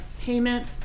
payment